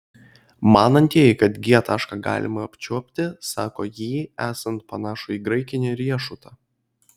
manantieji kad g tašką galima apčiuopti sako jį esant panašų į graikinį riešutą